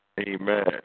Amen